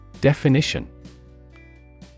Definition